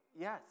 yes